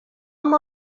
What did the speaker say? amb